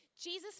Jesus